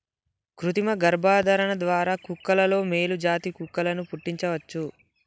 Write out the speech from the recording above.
కృతిమ గర్భధారణ ద్వారా కుక్కలలో మేలు జాతి కుక్కలను పుట్టించవచ్చు